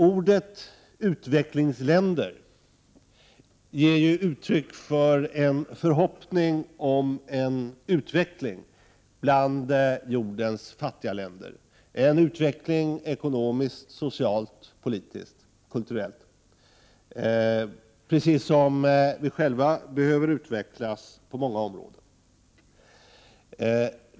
Ordet utvecklingsländer ger uttryck för en förhoppning om en utveckling bland jordens fattiga länder, en utveckling ekonomiskt, socialt, politiskt och kulturellt. Även vi själva behöver ju i och för sig också utvecklas på många områden.